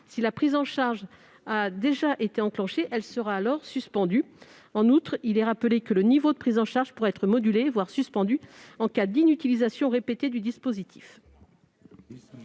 Si la prise en charge a déjà été enclenchée, elle sera alors suspendue. En outre, il est rappelé que le niveau de prise en charge pourra être modulé, voire suspendu en cas d'inutilisation répétée du dispositif.